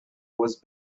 was